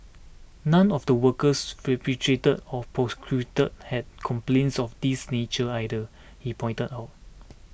none of the workers repatriated or prosecuted had complaints of this nature either he pointed out